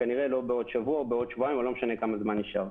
כנראה גם לא בעוד שבוע או בעוד שבועיים או לא משנה כמה זמן נשאר,